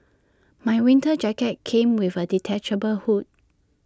my winter jacket came with A detachable hood